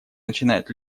начинает